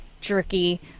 jerky